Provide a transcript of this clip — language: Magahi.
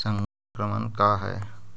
संक्रमण का है?